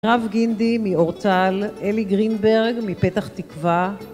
מירב גינדי מאורטל, אלי גרינברג מפתח תקווה